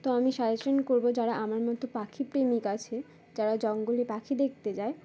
তো আমি সাজেশন করবো যারা আমার মতো পাখি প্রেমিক আছে যারা জঙ্গলে পাখি দেখতে যায়